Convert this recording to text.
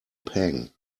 pang